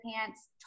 pants